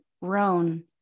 Roan